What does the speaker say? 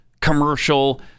commercial